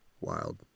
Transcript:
Wild